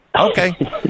okay